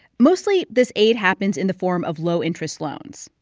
mostly, this aid happens in the form of low-interest loans,